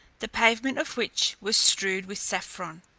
the pavement of which was strewed with saffron.